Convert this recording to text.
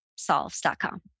solves.com